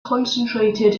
concentrated